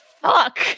fuck